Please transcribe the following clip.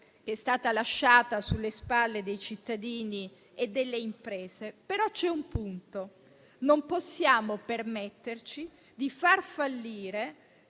è stata lasciata sulle spalle dei cittadini e delle imprese, ma c'è un punto: non possiamo permetterci di far fallire